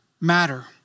matter